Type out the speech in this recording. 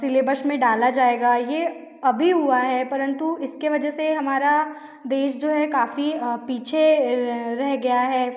syllabus में डाला जाएगा ये अभी हुआ है परन्तु इसके वजह से हमारा देश जो है काफ़ी पीछे रह गया है